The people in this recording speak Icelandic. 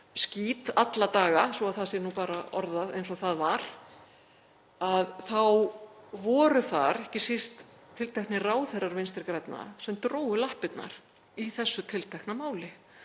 skít alla daga, svo það sé bara orðað eins og það var, þá voru þar ekki síst tilteknir ráðherrar Vinstri grænna sem drógu lappirnar í þessu tiltekna máli